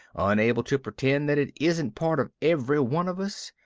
unable to pretend that it isn't part of every one of us,